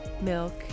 milk